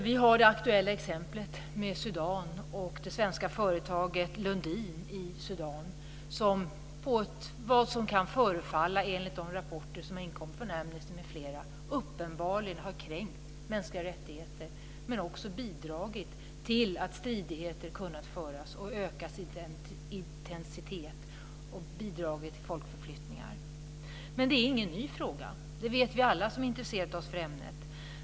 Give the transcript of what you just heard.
Vi har det aktuella exemplet med Sudan och det svenska företaget Lundin Oil i Sudan. Enligt de rapporter som inkommit från Amnesty m.fl. förefaller det som att man uppenbarligen har kränkt mänskliga rättigheter, bidragit till att stridigheter har kunnat föras och ökat i intensitet och bidragit till folkförflyttningar. Det är ingen ny fråga. Det vet vi alla som har intresserat oss för ämnet.